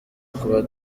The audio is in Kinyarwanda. kuba